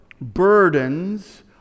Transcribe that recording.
burdens